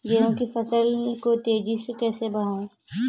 गेहूँ की फसल को तेजी से कैसे बढ़ाऊँ?